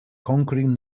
conquering